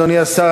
אדוני השר,